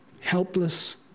helpless